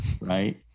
right